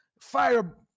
fire